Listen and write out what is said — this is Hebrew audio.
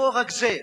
לא רק זה,